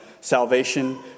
salvation